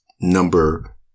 number